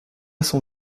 son